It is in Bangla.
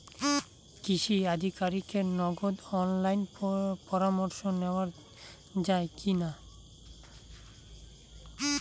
কৃষি আধিকারিকের নগদ অনলাইন পরামর্শ নেওয়া যায় কি না?